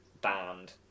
band